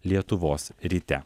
lietuvos ryte